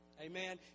Amen